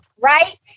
right